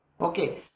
Okay